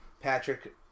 Patrick